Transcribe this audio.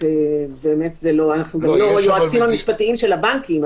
אנחנו לא היועצים המשפטיים של הבנקים.